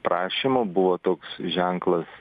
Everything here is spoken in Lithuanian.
prašymu buvo toks ženklas